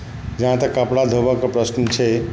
जहाँ तक कपड़ा धोबयके प्रश्न छै